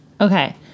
Okay